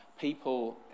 people